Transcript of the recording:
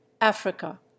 Africa